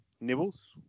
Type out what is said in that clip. nibbles